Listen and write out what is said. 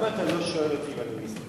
למה אתה לא שואל אותי אם אני מסתפק?